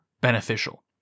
beneficial